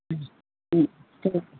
ঠিক আছে